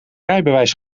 rijbewijs